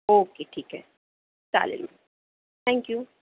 okay ठीक आहे चालेल थँक यू